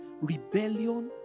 rebellion